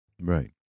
Right